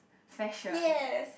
fashion